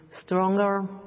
stronger